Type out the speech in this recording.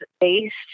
based